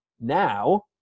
Now